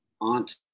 aunt